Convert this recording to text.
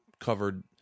covered